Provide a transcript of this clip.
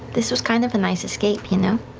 this was kind of a nice escape, you know